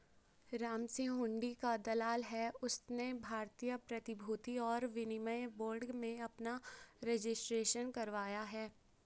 रामसिंह हुंडी का दलाल है उसने भारतीय प्रतिभूति और विनिमय बोर्ड में अपना रजिस्ट्रेशन करवाया है